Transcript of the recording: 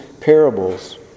parables